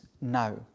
now